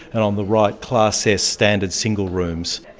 and on the right, class s standard single rooms.